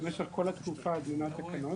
במשך כל התקופה של הדיון על התקנות.